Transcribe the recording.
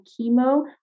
chemo